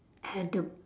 adam